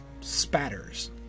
spatters